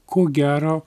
ko gero